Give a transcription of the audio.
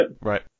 Right